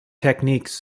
techniques